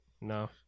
No